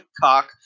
cock